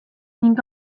ning